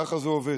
ככה זה עובד,